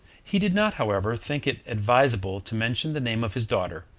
he did not however think it advisable to mention the name of his daughter,